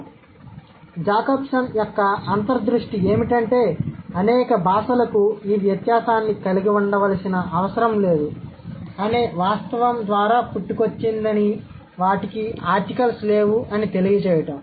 కాబట్టి జాకబ్సన్ యొక్క అంతర్దృష్టి ఏమిటంటే అనేక భాషలకు ఈ వ్యత్యాసాన్ని కలిగి ఉండవలసిన అవసరం లేదు అనే వాస్తవం ద్వారా పుట్టుకొచ్చింది అని వాటికి ఆర్టికల్స్ లేవు అని తెలియజేయటం